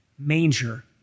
Manger